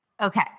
Okay